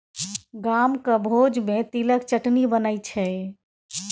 गामक भोज मे तिलक चटनी बनै छै